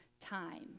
time